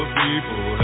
people